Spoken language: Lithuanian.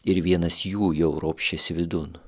ir vienas jų jau ropščiasi vidun